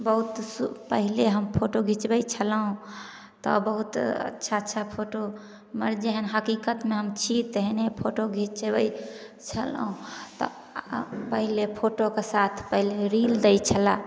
बहुत पहले हम फोटो घिचबै छेलौँ तब बहुत अच्छा अच्छा फोटो हमर जेहेन हकीकतमे हम छी तेहने फोटो घिचबै छलौँ तऽ पहले फोटोके साथ पहले रील दै छेलै